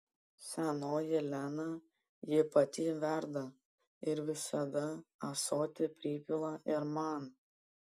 senoji lena jį pati verda ir visada ąsotį pripila ir man